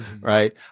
Right